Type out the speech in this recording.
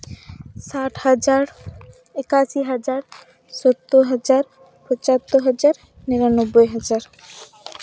ᱥᱟᱴ ᱦᱟᱡᱟᱨ ᱮᱠᱟᱥᱤ ᱦᱟᱡᱟᱨ ᱥᱚᱛᱛᱳᱨ ᱦᱟᱡᱟᱨ ᱯᱚᱸᱪᱟᱛᱛᱳᱨ ᱦᱟᱡᱟᱨ ᱱᱤᱨᱟᱱᱳᱵᱵᱳᱭ ᱦᱟᱡᱟᱨ